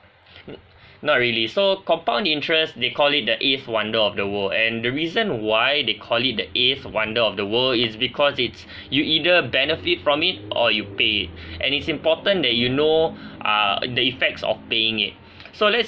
n~ not really so compound interest they call it the eighth wonder of the world and the reason why they call it the eighth wonder of the world is because it's you either benefit from it or you pay and it's important that you know ah the effects of paying it so let's